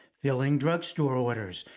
filling drugstore orders,